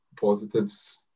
positives